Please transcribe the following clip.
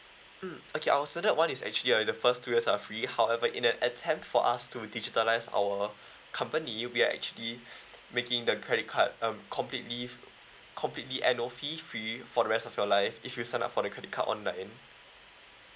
mm okay our certain one actually at the first two year are free however in that attend for us to digitalize our company we are actually making the credit card um completely completely annual fee free for the rest of your life if you sign up for the credit card online